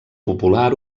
popular